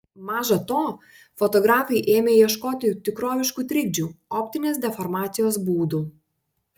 maža to fotografai ėmė ieškoti tikroviškų trikdžių optinės deformacijos būdų